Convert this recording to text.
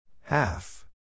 Half